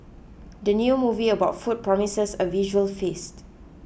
the new movie about food promises a visual feast